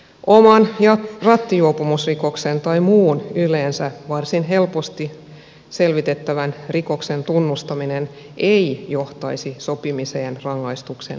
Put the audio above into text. oman rattijuopumusrikoksen tai muun yleensä varsin helposti selvitettävän rikoksen tunnustaminen ei johtaisi sopimiseen rangaistuksen lieventämisestä